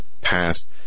past